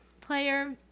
player